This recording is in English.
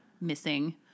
missing